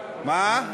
מה?